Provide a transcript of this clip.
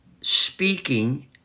speaking